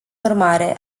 urmare